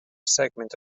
segment